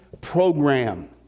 Program